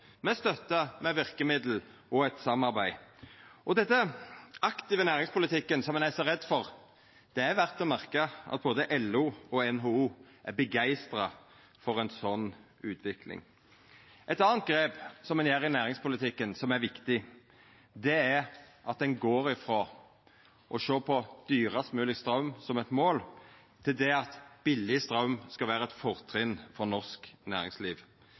med støtte, verkemiddel og eit samarbeid. Når det gjeld denne aktive næringspolitikken, som ein er så redd for, er det verd å merka seg at både LO og NHO er begeistra for ei slik utvikling. Eit anna viktig grep ein tek i næringspolitikken, er at ein går frå å sjå på dyrast mogeleg straum som eit mål til at billeg straum skal vera eit fortrinn for norsk næringsliv.